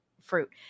fruit